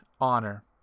honor